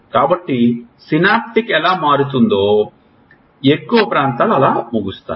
కాబట్టి సినాప్టిక్ ఎలా మారుతుందో ఎక్కువ ప్రాంతాలు ఆలా ముగుస్తాయి